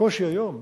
הקושי היום,